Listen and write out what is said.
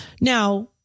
Now